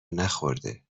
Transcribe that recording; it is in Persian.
نخورده